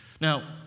Now